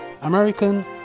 American